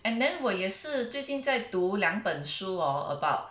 and then 我也是最近在读两本书 hor about